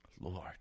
Lord